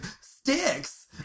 sticks